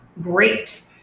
great